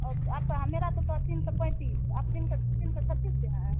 और आपका हाँ मेरा तो तीन सौ पैंतीस आप तीन सौ तीन सौ छत्तीस के हैं